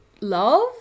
love